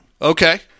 Okay